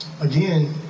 Again